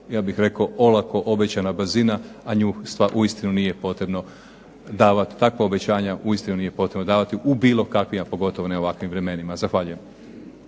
ja bih rekao olako obećana brzina, a nju uistinu nije davat, uistinu takva obećanja nije potrebno davati u bilo kakvim a pogotovo u ovakvim vremenima. Zahvaljujem.